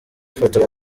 afata